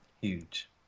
Huge